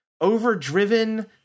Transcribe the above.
overdriven